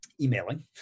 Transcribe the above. emailing